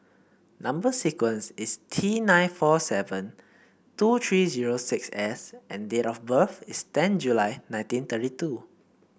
number sequence is T nine four seven two three zero six S and date of birth is ten July nineteen thirty two